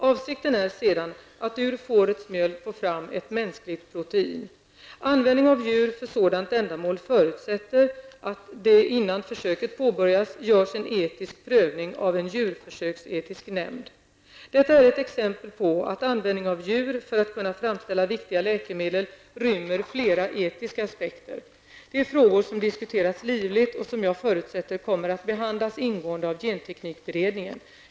Avsikten är sedan att ur fårets mjölk få fram ett mänskligt protein. Användning av djur för sådant ändamål förutsätter, att det innan försöket påbörjas, görs en etisk prövning av en djurförsöksetisk nämnd. Detta är ett exempel på att användning av djur för att kunna framställa viktiga läkemedel rymmer flera etiska aspekter. Det är frågor som diskuteras livligt och som jag förutsätter kommer att behandlas ingående av genteknikberedningen.